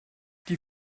die